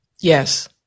Yes